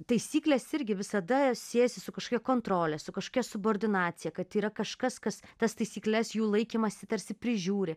taisyklės irgi visada siejasi su kažkokia kontrole su kažkokia subordinacija kad yra kažkas kas tas taisykles jų laikymąsi tarsi prižiūri